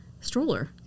stroller